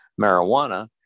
marijuana